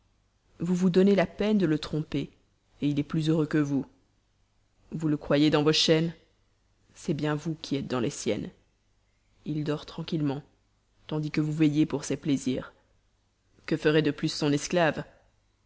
vous vous donnez la peine de le tromper il est plus heureux que vous vous le croyez dans vos chaînes c'est bien vous qui êtes dans les siennes il dort tranquillement tandis que vous veillez pour ses plaisirs que ferait de plus son esclave